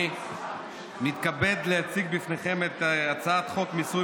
אני מתכבד להציג בפניכם את הצעת חוק מיסוי